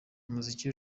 umuziki